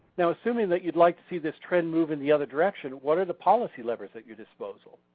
now assuming that you'd like to see this trend move in the other direction, what are the policy levers at your disposal?